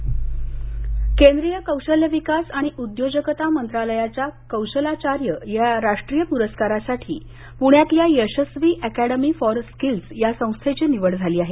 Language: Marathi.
यशस्वी केंद्रीय कौशल्य विकास आणि उद्योजकता मंत्रालयाच्या कौशलाचार्य या राष्ट्रीय प्रस्कारासाठी पूण्यातल्या यशस्वी अॅकॅडमी फॉर स्किल्स या संस्थेची निवड झाली आहे